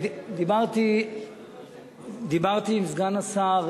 דיברתי עם סגן השר